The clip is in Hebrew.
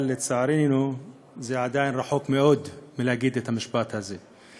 אבל לצערנו זה עדיין רחוק מאוד מלהגיד את המשפט הזה.